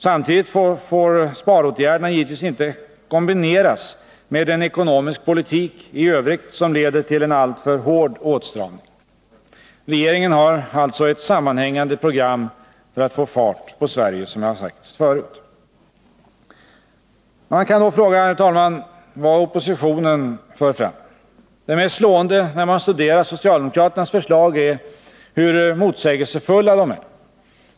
Samtidigt får sparåtgärderna givetvis inte kombineras med en ekonomisk politik i övrigt som leder till en alltför hård åtstramning. Regeringen har alltså ett sammanhängande program för att få fart på Sverige, vilket också framhållits tidigare. Man kan då, herr talman, fråga vad oppositionen föreslår. Det mest slående när man studerar socialdemokraternas förslag är hur motsägelsefulla de är.